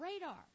radar